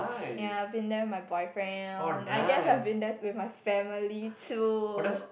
ya I've been with my boyfriend I guess I've been there with my family too